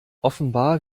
offenbar